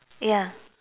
ya